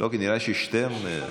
נראה לי ששטרן.